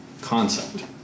Concept